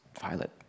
violet